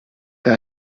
que